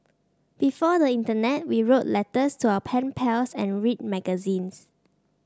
before the internet we wrote letters to our pen pals and read magazines